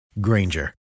Granger